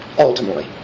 Ultimately